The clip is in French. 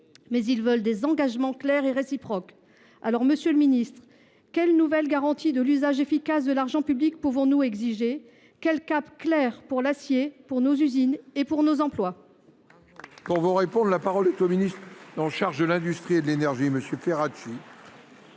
mais ils veulent des engagements clairs et réciproques. Alors, Monsieur le Ministre, quelle nouvelle garantie de l'usage efficace de l'argent public pouvons-nous exiger ? Quel cap clair pour l'acier, pour nos usines et pour nos emplois ? Pour vous répondre, la parole est au ministre en charge de l'Industrie et de l'Energie, Monsieur Ferracchi.